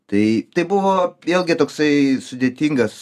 tai tai buvo vėlgi toksai sudėtingas